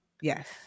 Yes